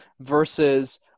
versus